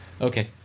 Okay